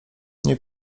nie